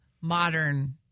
modern